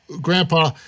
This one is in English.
Grandpa